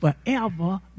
forever